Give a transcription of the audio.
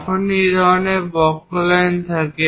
যখনই এই ধরনের বক্রলাইন থাকে